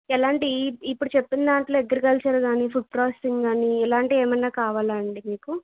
ఎలాంటి ఇప్పుడు చెప్పిన దాంట్లో అగ్రికల్చర్ కాని ఫుడ్ ప్రాసెసింగ్ కాని ఇలాంటి ఏమన్నా కావాలండి మీకు